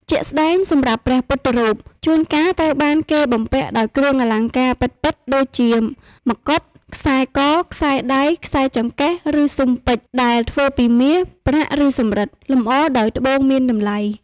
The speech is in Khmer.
ជាក់ស្ដែង សម្រាប់ព្រះពុទ្ធរូប ជួនកាលត្រូវបានគេបំពាក់ដោយគ្រឿងអលង្ការពិតៗ ដូចជា មកុដ ខ្សែក ខ្សែដៃ ខ្សែចង្កេះ ឬស៊ុមពេជ្រ ដែលធ្វើពីមាស ប្រាក់ ឬសំរឹទ្ធ លម្អដោយត្បូងមានតម្លៃ។